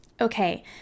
Okay